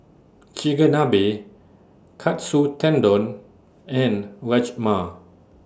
Chigenabe Katsu Tendon and Rajma